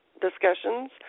discussions